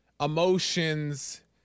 emotions